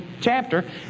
chapter